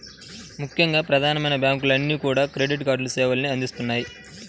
ముఖ్యంగా ప్రధానమైన బ్యాంకులన్నీ కూడా క్రెడిట్ కార్డు సేవల్ని అందిత్తన్నాయి